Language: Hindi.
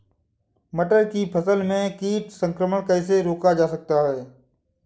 मटर की फसल में कीट संक्रमण कैसे रोका जा सकता है?